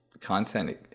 content